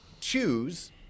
choose